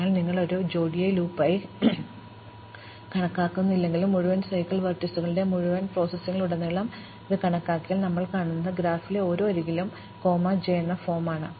അതിനാൽ നിങ്ങൾ ഇത് ജോടിയാക്കിയ ലൂപ്പായി കണക്കാക്കുന്നില്ലെങ്കിലും മുഴുവൻ സൈക്കിൾ വെർട്ടീസുകളുടെയും മുഴുവൻ പ്രോസസ്സിംഗിലുടനീളം ഇത് കണക്കാക്കിയാൽ ഞങ്ങൾ കാണുന്നത് ഗ്രാഫിലെ ഓരോ അരികിലും ഞാൻ കോമ j എന്ന ഫോം ആണ്